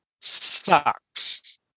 sucks